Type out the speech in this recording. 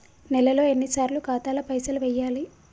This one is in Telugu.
నెలలో ఎన్నిసార్లు ఖాతాల పైసలు వెయ్యాలి?